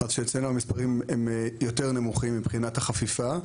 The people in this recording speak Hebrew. אצלנו המספרים הם יותר נמוכים מבחינת החפיפה,